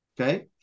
Okay